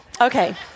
Okay